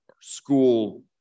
school